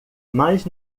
mas